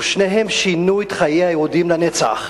ושניהם שינו את חיי היהודים לנצח,